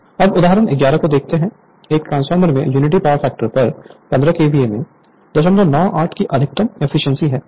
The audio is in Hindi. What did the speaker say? Refer Slide Time 3021 अब उदाहरण 11को देखते हैं एक ट्रांसफार्मर में यूनिटी पावर फैक्टर पर 15 केवीए में 098 की अधिकतम एफिशिएंसी है